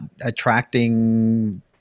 attracting